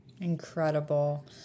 Incredible